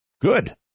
Good